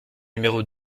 numéro